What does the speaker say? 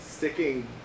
Sticking